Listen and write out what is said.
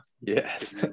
Yes